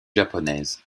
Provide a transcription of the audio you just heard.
japonaise